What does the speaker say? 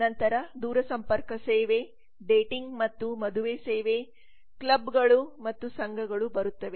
ನಂತರ ದೂರಸಂಪರ್ಕ ಸೇವೆ ಡೇಟಿಂಗ್ಮತ್ತು ಮದುವೆ ಸೇವೆ ಮತ್ತು ಕ್ಲಬ್ಗಳು ಮತ್ತು ಸಂಘಗಳು ಬರುತ್ತವೆ